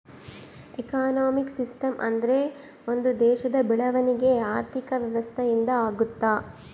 economic system ಅಂದ್ರೆ ಒಂದ್ ದೇಶದ ಬೆಳವಣಿಗೆ ಆರ್ಥಿಕ ವ್ಯವಸ್ಥೆ ಇಂದ ಆಗುತ್ತ